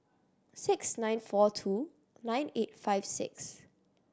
six nine four two nine eight five six